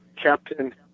Captain